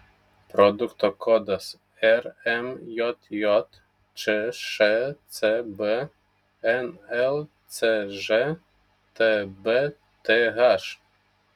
produkto kodas rmjj čšcb nlcž tbth